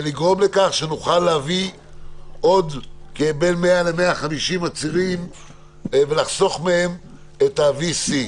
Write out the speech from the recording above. לגרום לכך שנוכל להביא עוד כ-100-150 עצורים ולחסוך מהם את ה-VC?